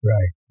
Right